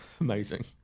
Amazing